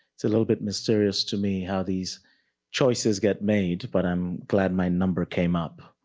it's a little bit mysterious to me how these choices get made, but i'm glad my number came up,